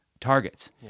targets